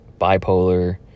bipolar